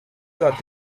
got